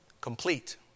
complete